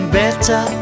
better